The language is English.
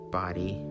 body